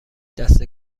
دسته